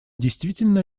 действительно